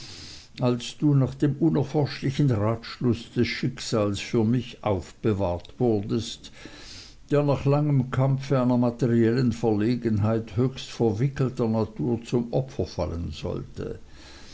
als du nach dem unerforschlichen ratschluß des schicksals für mich aufbewahrt wurdest der nach langem kampfe einer materiellen verlegenheit höchst verwickelter natur zum opfer fallen sollte